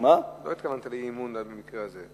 לא התכוונת לאי-אמון במקרה הזה.